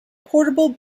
portable